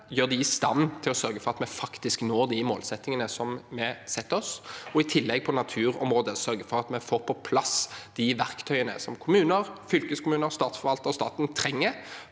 gjøre dem i stand til å sørge for at vi faktisk når de målsettingene vi setter oss. I tillegg skal vi på naturområdet sørge for å få på plass de verktøyene som kommuner, fylkeskommuner, statsforvaltere og staten trenger